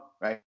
right